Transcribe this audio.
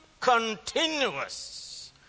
continuous